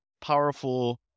powerful